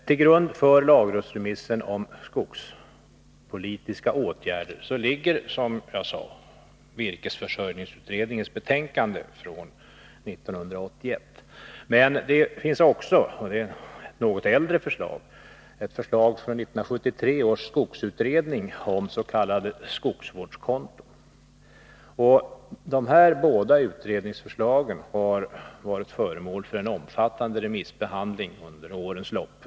Till grund för lagrådsremissen om skogspolitiska åtgärder ligger, som jag sagt, virkesförsörjningsutredningens betänkande från 1981, men det finns också ett något äldre förslag, nämligen från 1973 års skogsutredning om s.k. skogsvårdskonton. De båda utredningsförslagen har varit föremål för en omfattande remissbehandling under årens lopp.